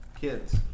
kids